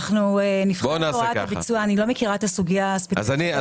אני לא מכירה את הסוגיה הספציפית.